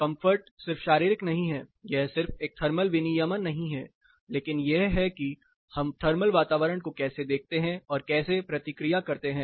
comfort सिर्फ शारीरिक नहीं है यह सिर्फ एक थर्मल विनियमन नहीं है लेकिन यह है कि हम थर्मल वातावरण को कैसे देखते हैं और कैसे प्रतिक्रिया करते हैं